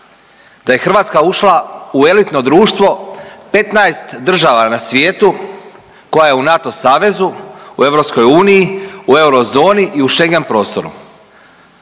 da je Hrvatska ušla u elitno društvo 15 država na svijetu koja je u NATO savezu, u EU, u eurozoni i u Schengen prostoru.